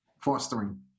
fostering